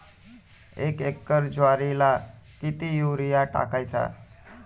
एक एकर ज्वारीला किती युरिया टाकायचा?